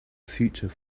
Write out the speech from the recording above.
future